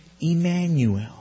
Emmanuel